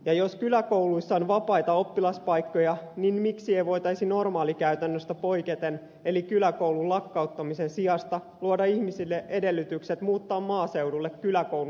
ja jos kyläkouluissa on vapaita oppilaspaikkoja miksi ei voitaisi normaalikäytännöstä poiketen eli kyläkoulun lakkauttamisen sijasta luoda ihmisille edellytykset muuttaa maaseudulle kyläkoulun lähelle